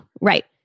right